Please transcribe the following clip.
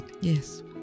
Yes